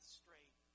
straight